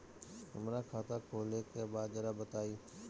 हमरा खाता खोले के बा जरा बताई